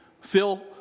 Phil